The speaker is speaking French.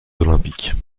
olympiques